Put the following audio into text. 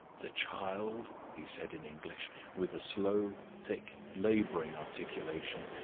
the child? he said in english, with a slow, thick, laboring articulation.